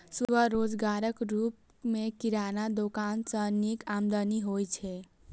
स्वरोजगारक रूप मे किराना दोकान सं नीक आमदनी होइ छै